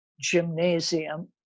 gymnasium